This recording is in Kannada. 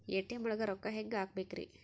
ಎ.ಟಿ.ಎಂ ಒಳಗ್ ರೊಕ್ಕ ಹೆಂಗ್ ಹ್ಹಾಕ್ಬೇಕ್ರಿ?